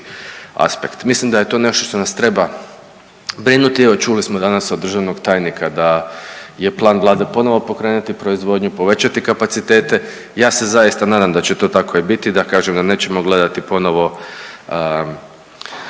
aspekt. Mislim da je to nešto što nas treba brinuti. Evo čuli smo danas od državnog tajnika da je plan Vlade ponovo pokrenuti proizvodnju, povećati kapacitete. Ja se zaista nadam da će to tako i biti, da kažem da nećemo gledati ponovo